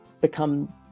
become